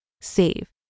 Save